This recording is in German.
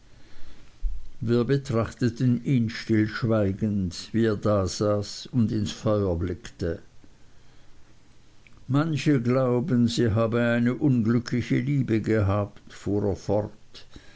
wir betrachteten ihn stillschweigend wie er dasaß und ins feuer blickte manche glauben sie habe eine unglückliche liebe gehabt fuhr er fort